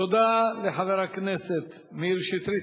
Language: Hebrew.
תודה לחבר הכנסת מאיר שטרית.